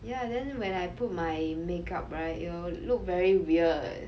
ya then when I put my make up right it'll look very weird